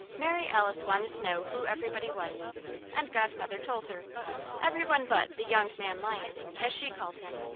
mary alice wanted to know who everybody was and godmother told her every one but the young man lion as she called him.